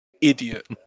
idiot